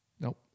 Nope